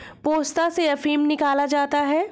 पोस्ता से अफीम निकाला जाता है